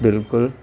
बिल्कुलु